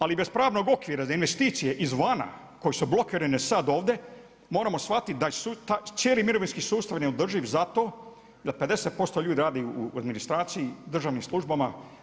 Ali bez pravnog okvira za investicije iz vana, koji su blokirani sad ovdje, moramo shvatiti, da je taj cijeli mirovinski sustav neodrživ zato, da 50% ljudi radi u administraciji, državnim službama.